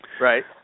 Right